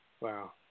Wow